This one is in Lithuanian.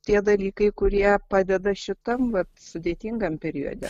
tie dalykai kurie padeda šitam vat sudėtingam periode